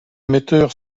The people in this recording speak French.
metteurs